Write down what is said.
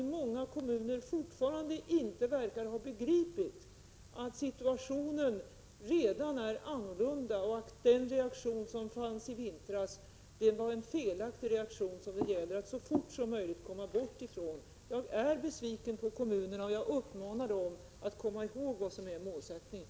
I många kommuner verkar man ännu inte ha begripit att situationen redan är annorlunda och att den reaktion som fanns i vintras var en felaktig reaktion, som det gäller att så fort som möjligt komma bort ifrån. Jag är besviken på kommunerna och uppmanar dem att komma ihåg vad som är målsättningen.